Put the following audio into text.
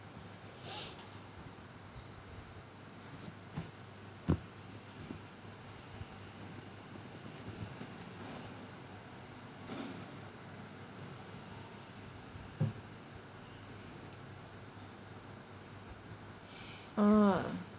oh